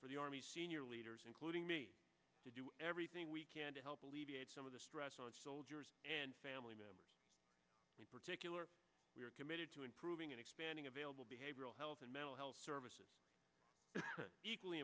for the army leaders including me to do everything we can to help alleviate some of the soldiers and family members particular we are committed to improving and expanding available behavioral health and mental health services equally